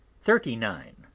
thirty-nine